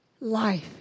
life